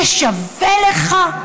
זה שווה לך?